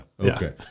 Okay